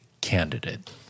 candidate